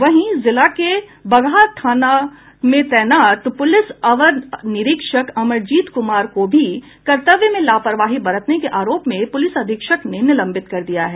वहीं जिले के बगहा नगर थाना में तैनात पुलिस अवर निरीक्षक अमरजीत कुमार को भी कर्तव्य में लापरवाही बरतने के आरोप में पुलिस अधीक्षक ने निलंबित कर दिया है